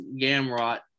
Gamrot